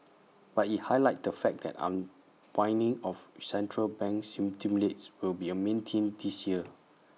but IT highlighted the fact that unwinding of central bank stimulus will be A main theme this year